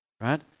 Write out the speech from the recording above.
right